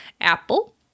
Apple